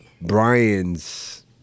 Brian's